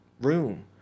room